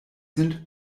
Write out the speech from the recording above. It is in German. sind